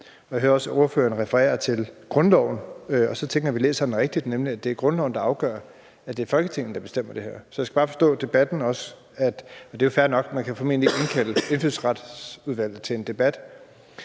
jeg hører også, at ordføreren refererer til grundloven, og så tænker jeg på, om vi læser den rigtigt, nemlig sådan at det er grundloven, der afgør, at det er Folketinget, der bestemmer det her. Så jeg skal bare også forstå debatten, men det er jo fair nok – man kan formentlig indkalde Indfødsretsudvalget til en debat.